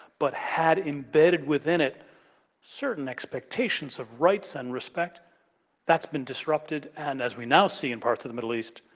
but, had embedded within it certain expectations, of rights, and respect that's been disrupted and as we now see in parts of the middle east,